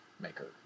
maker